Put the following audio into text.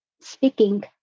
speaking